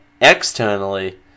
externally